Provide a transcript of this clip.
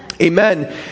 Amen